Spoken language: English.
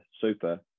Super